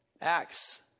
Acts